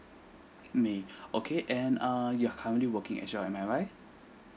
may okay and err you're currently working as well am I right